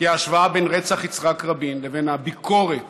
כי ההשוואה בין רצח יצחק רבין לבין הביקורת